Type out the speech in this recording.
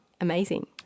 amazing